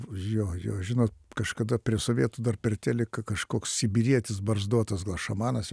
jo jo žinot kažkada prie sovietų dar per teliką kažkoks sibirietis barzdotas gal šamanas